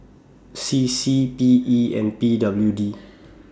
C C P E and P W D